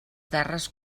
terres